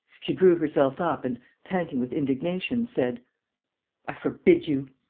she drew herself up and, panting with indignation, said i forbid you.